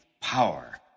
power